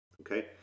okay